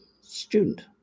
student